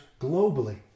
globally